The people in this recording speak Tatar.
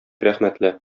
рәхмәтле